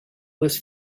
was